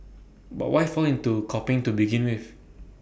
but why fall into copying to begin with